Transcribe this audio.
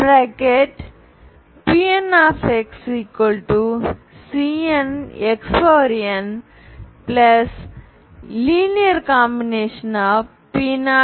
PnxCnxnலீனியர் combination of P0P1